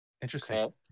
interesting